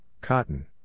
cotton